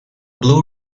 blue